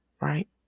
right